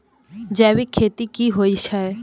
जैविक खेती की होए छै?